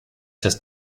test